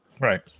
Right